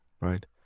right